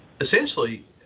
essentially